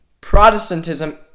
Protestantism